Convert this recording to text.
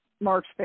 March